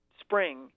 spring